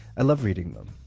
i love reading them.